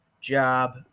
job